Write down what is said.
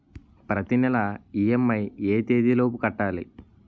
ప్రతినెల ఇ.ఎం.ఐ ఎ తేదీ లోపు కట్టాలి?